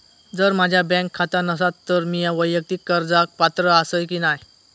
जर माझा बँक खाता नसात तर मीया वैयक्तिक कर्जाक पात्र आसय की नाय?